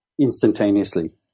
instantaneously